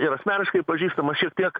ir asmeniškai pažįstamas šiek tiek